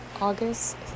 August